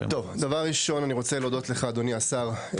דבר ראשון אני רוצה להודות לך אדוני השר,